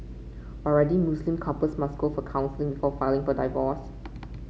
already Muslim couples must go for counselling before filing for divorce